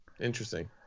interesting